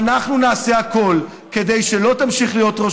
ואנחנו נעשה הכול כדי שלא תמשיך להיות ראש